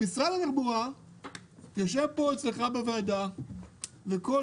אנשי משרד התחבורה יושבים פה אצלך בוועדה ובכל